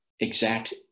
exact